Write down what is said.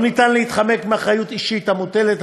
אין אפשרות להתחמק מאחריות אישית המוטלת